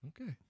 Okay